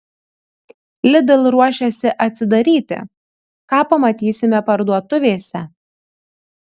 lidl ruošiasi atsidaryti ką pamatysime parduotuvėse